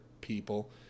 people